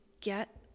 get